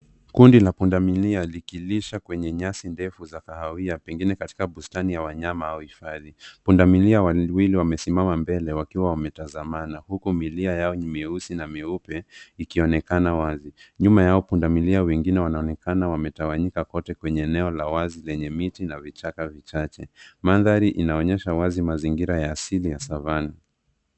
Kundi la pundamilia likilisha kwenye nyasi ndefu za kahawia pengine katika bustani ya wanyama au hifathi. Pundamilia wawili wamesimama mbele wakiwa wametazamana huku milia yao meusi na meupe ionekana wazi. Nyuma yao pundamilia wengine wanaonekana wametawanyika kote kwenye wneo la wazi lenye miti na vichaka vichache. Mandhari inaonyesha wazi mazingira ya asili ya Savanna.